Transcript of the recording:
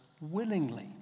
willingly